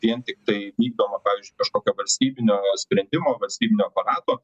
vien tiktai vykdoma pavyzdžiui kažkokio valstybinio sprendimo valstybinio aparato